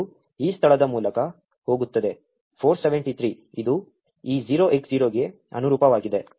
ಇದು ಈ ಸ್ಥಳದ ಮೂಲಕ ಹೋಗುತ್ತದೆ 473 ಇದು ಈ 0X0 ಗೆ ಅನುರೂಪವಾಗಿದೆ